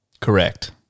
Correct